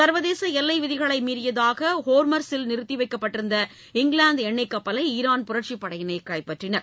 சர்வதேச எல்லை விதிகளை மீறியதாக ஹோர்மர்சில் நிறுத்தி வைக்கப்பட்டிருந்த இங்கிலாந்து எண்ணெய் கப்பலை ஈரான் புரட்சிப் படையினர் கைப்பற்றினர்